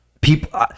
people